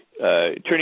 Turning